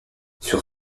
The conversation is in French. sur